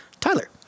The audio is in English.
Tyler